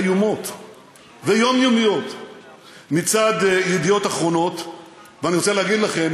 איומות ויומיומיות מצד "ידיעות אחרונות"; ואני רוצה להגיד לכם,